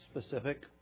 specific